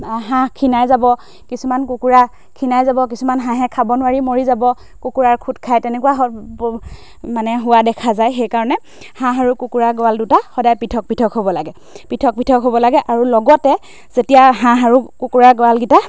হাঁহ খিনাই যাব কিছুমান কুকুৰা খিনাই যাব কিছুমান হাঁহে খাব নোৱাৰি মৰি যাব কুকুৰাৰ খুঁট খাই তেনেকুৱা মানে হোৱা দেখা যায় সেইকাৰণে হাঁহ আৰু কুকুৰা গঁৰাল দুটা সদায় পৃথক পৃথক হ'ব লাগে পৃথক পৃথক হ'ব লাগে আৰু লগতে যেতিয়া হাঁহ আৰু কুকুৰা গঁৰালকেইটা